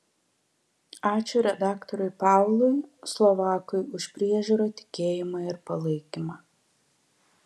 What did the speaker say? ačiū redaktoriui paului slovakui už priežiūrą tikėjimą ir palaikymą